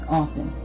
often